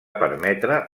permetre